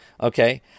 Okay